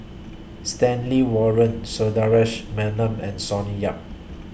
Stanley Warren Sundaresh Menon and Sonny Yap